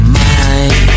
mind